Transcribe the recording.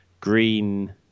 Green